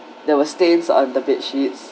there were stains on the bed sheets